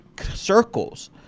circles